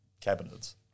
cabinets